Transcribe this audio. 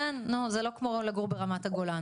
כן נו זה לא כמו לגור ברמת הגולן